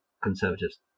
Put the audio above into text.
conservatives